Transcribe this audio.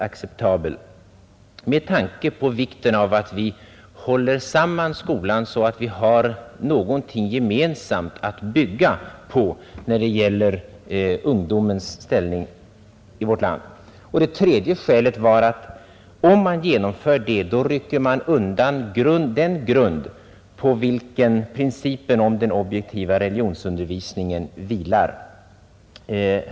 Jag använde inte uttrycket ”farlig”, men den alternativa skolan är principiellt inte acceptabel. För det tredje rycker ett genomförande av den alternativa skolan undan den grund på vilken principen om den objektiva religionsundervisningen vilar.